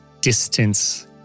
distance